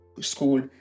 School